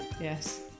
Yes